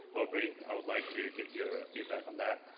aubrey, i would like to get your feedback on that.